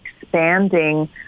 expanding